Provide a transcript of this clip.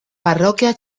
parroquia